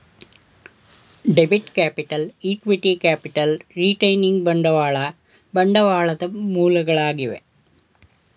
debit capital, equity capital, retaining ಬಂಡವಾಳ ಬಂಡವಾಳದ ಮೂಲಗಳಾಗಿವೆ